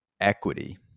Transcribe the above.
equity